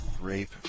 rape